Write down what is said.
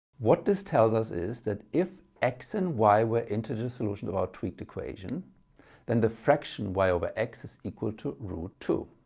what this tells us is that if x and y were integer solutions of our tweaked equation then the fraction y over x is equal to root two.